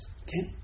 okay